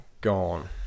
gone